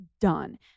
done